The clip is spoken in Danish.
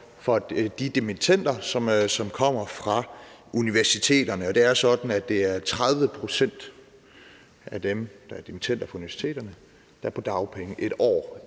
for de dimittender, som kommer fra universiteterne. Og det er sådan, at 30 pct. af dem, der er dimittender fra universiteterne, er på dagpenge 1 år